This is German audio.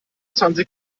zwanzig